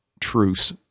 truce